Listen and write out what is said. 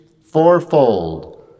fourfold